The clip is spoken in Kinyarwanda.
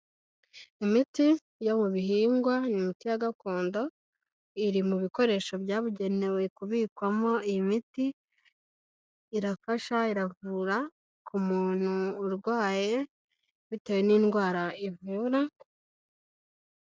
Imiti yo mu bihingwa ni imiti ya gakondo iri mu bikoresho byabugenewe kubikwamo imiti irafasha, iravura ku muntu urwaye bitewe n'indwara ivura.